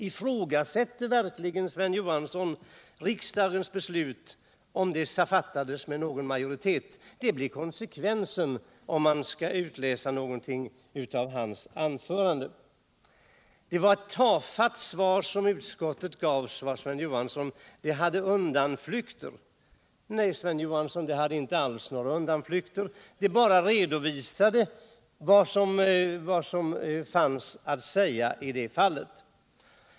Ifrågasätter verkligen Sven Johansson om riksdagens beslut fattades av en majoritet? Det blir konsekvensen, om man skall utläsa någonting av hans ord. Det var ett tafatt svar som utskottet gav, sade Sven Johansson, och det innehöll undanflykter. Nej, Sven Johansson, det innehöll inte alls några undanflykter. Det redovisade bara vad som fanns att säga i det fallet.